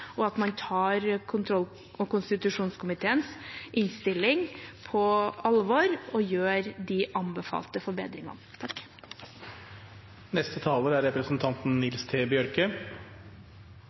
og at man tar kontroll- og konstitusjonskomiteens innstilling på alvor og gjør de anbefalte